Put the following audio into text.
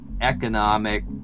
economic